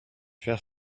faire